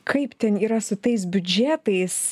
kaip ten yra su tais biudžetais